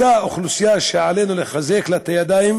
אותה אוכלוסייה שעלינו לחזק את ידיה,